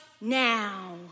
now